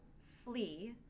flee